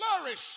flourish